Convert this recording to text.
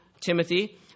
Timothy